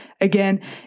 Again